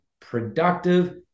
productive